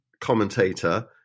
commentator